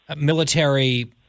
military